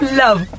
love